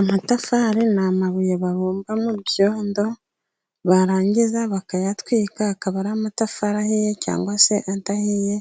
Amatafari ni amabuye babumba mu byondo, barangiza bakayatwika akaba ari amatafari ahiye, cyangwa se adahiye.